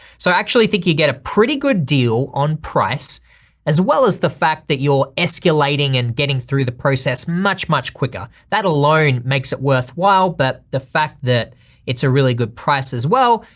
so i actually think you'd get a pretty good deal on price as well as the fact that you're escalating and getting through the process much, much quicker. that alone makes it worthwhile, but the fact that it's a really good price as well,